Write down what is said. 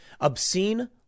obscene